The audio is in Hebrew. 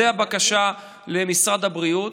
זו הבקשה למשרד הבריאות.